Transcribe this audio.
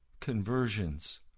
conversions